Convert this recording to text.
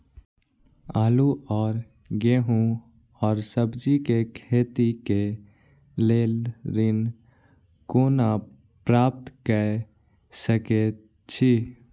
आलू और गेहूं और सब्जी के खेती के लेल ऋण कोना प्राप्त कय सकेत छी?